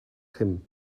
him